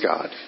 God